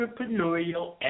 entrepreneurial